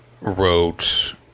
wrote